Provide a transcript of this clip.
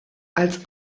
als